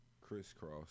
crisscross